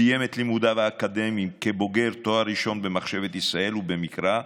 סיים את לימודיו האקדמיים כבוגר תואר ראשון במחשבת ישראל ובמקרא,